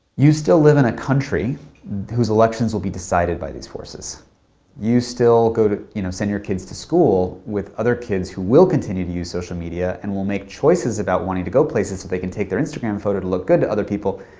you still live in a country whose elections will be decided by these forces you still go to, you know, send your kids to school with other kids who will continue to use social media and will make choices about wanting to go places so they can take their instagram photo to look good to other people.